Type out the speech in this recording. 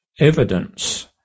evidence